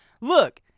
Look